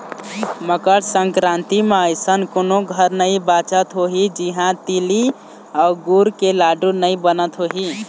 मकर संकरांति म अइसन कोनो घर नइ बाचत होही जिहां तिली अउ गुर के लाडू नइ बनत होही